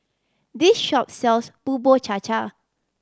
this shop sells Bubur Cha Cha